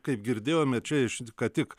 kaip girdėjome čia iš ką tik